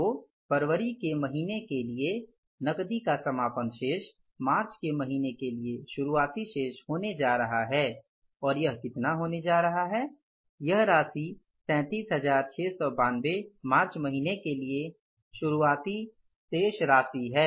तो फरवरी के महीने के लिए नकदी का समापन शेष मार्च के महीने के लिए शुरुआती शेष होने जा रहा है और यह कितना होने जा रहा है वही राशि 37692 मार्च महीने के लिए शुरुआती शेष राशि है